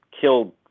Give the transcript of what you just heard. killed